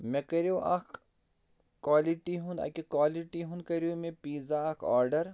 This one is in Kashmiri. مےٚ کٔریٛو اَکھ کوٛالِٹی ہُنٛد اَکہِ کوٛالٹی ہُنٛد کریٛو مےٚ پیٖزا اَکھ آرڈَر